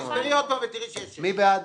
מי בעד?